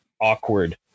awkward